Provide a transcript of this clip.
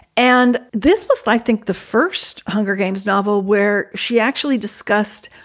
and this was, i think, the first hunger games novel where she actually discussed